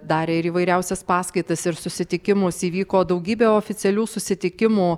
darė ir įvairiausias paskaitas ir susitikimus įvyko daugybė oficialių susitikimų